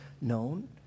known